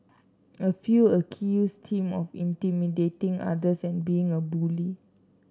a few accused him of intimidating others and being a bully